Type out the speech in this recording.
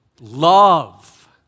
Love